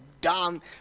done